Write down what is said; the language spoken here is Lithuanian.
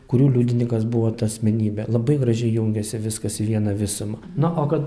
kurių liudininkas buvo ta asmenybė labai gražiai jungėsi viskas vieną visumą na o kad